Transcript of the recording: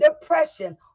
Depression